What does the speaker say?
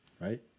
right